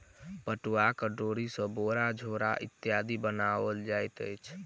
पटुआक डोरी सॅ बोरा झोरा इत्यादि बनाओल जाइत अछि